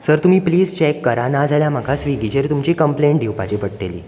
sir तुमी please check करात नाजाल्यार म्हाका स्विगीचेर तुमची कंप्लेन दिवपाची पडटली